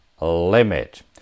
limit